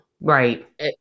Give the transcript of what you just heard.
Right